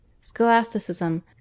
scholasticism